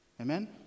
Amen